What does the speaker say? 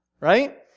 right